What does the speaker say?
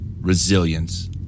resilience